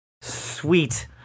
Sweet